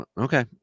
Okay